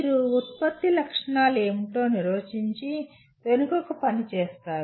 మీరు ఉత్పత్తి లక్షణాలు ఏమిటో నిర్వచించి వెనుకకు పని చేస్తారు